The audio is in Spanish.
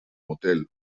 motel